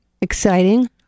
exciting